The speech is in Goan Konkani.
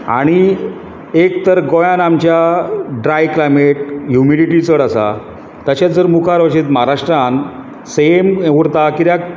आनी एक तर गोंयांत आमच्या ड्राय क्लायमेट ह्युमिडिटी चड आसा तशेंच जर मुखार वशीत महाराष्ट्रांत सेम उरता कित्याक